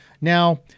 Now